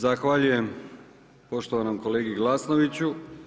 Zahvaljujem poštovanom kolegi Glasnoviću.